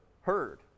heard